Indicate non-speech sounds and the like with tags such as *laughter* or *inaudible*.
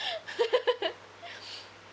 *laughs*